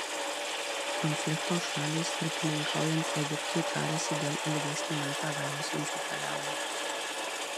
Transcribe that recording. konflikto šalys tarpininkaujant egiptui tariasi dėl ilgesnį laiką galiosiančių paliaubų